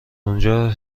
اونجا